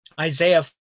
Isaiah